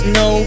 no